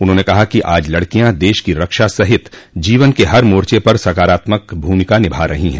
उन्होंने कहा कि आज लडकियां देश की रक्षा सहित जीवन के हर मोर्चे पर सकारात्मक भूमिका निभा रही हैं